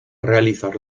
realizar